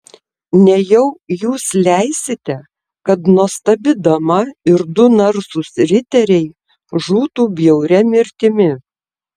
nejau jūs leisite kad nuostabi dama ir du narsūs riteriai žūtų bjauria mirtimi